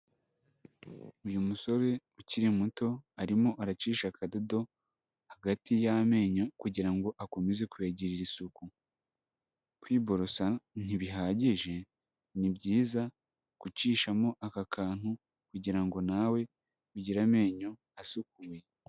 Uyu musore ukiri muto arimo aracisha akadodo hagati y'amenyo kugira ngo akomeze kuyagirira isuku, kwiborosa ntibihagije, ni byiza gucishamo aka kantu kugira ngo nawe ugire amenyo asukuye.